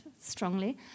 strongly